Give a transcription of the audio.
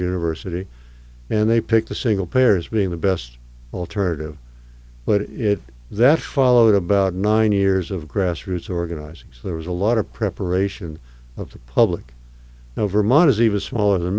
university and they picked the single payer as being the best alternative but it that's followed about nine years of grassroots organizing so there was a lot of preparation of the public no vermont is even smaller than